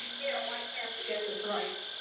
we have one chance to get this right.